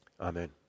Amen